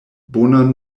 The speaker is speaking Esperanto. bonan